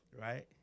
Right